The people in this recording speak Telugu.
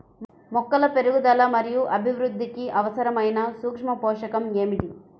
మొక్కల పెరుగుదల మరియు అభివృద్ధికి అవసరమైన సూక్ష్మ పోషకం ఏమిటి?